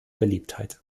beliebtheit